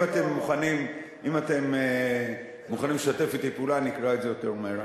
אם אתם מוכנים לשתף אתי פעולה אני אקרא את זה יותר מהר.